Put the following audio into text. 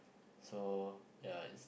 so ya it's